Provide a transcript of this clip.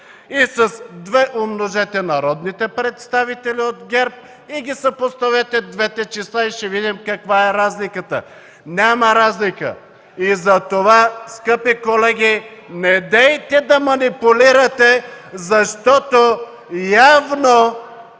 и с две умножете народните представители от ГЕРБ, съпоставете двете числа и ще видите каква е разликата. Няма разлика. Затова, скъпи колеги, недейте да манипулирате, защото явно